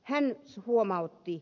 leena palotie